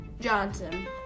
Johnson